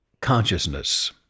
consciousness